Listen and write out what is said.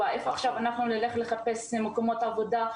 ואיפה עכשיו אנחנו נלך לחפש מקום עבודה?